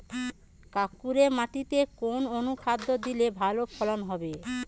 কাঁকুরে মাটিতে কোন অনুখাদ্য দিলে ভালো ফলন হবে?